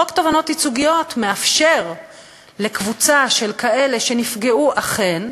חוק תובענות ייצוגיות, חברות וחברים,